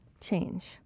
change